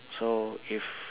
so if